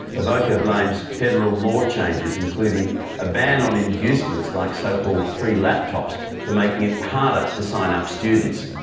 evocca blames federal law changes including a ban on inducements like so-called free laptops for making it harder to sign up students.